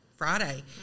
friday